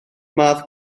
math